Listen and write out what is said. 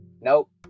Nope